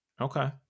Okay